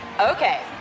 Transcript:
okay